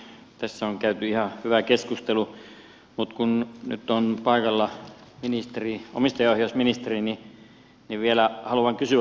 tässä on käyty ihan hyvä keskustelu mutta kun nyt on paikalla omistajaohjausministeri niin vielä haluan kysyä